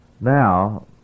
Now